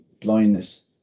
blindness